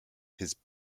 his